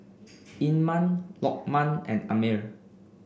Iman Lokman and Ammir